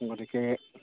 গতিকে